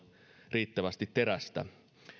riittävästi terästä